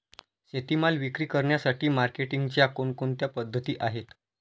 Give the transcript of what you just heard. शेतीमाल विक्री करण्यासाठी मार्केटिंगच्या कोणकोणत्या पद्धती आहेत?